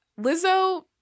Lizzo